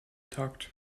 takt